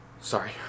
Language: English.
sorry